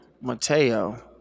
Mateo